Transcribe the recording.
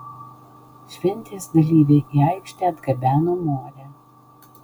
šventės dalyviai į aikštę atgabeno morę